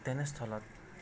তেনেস্থলত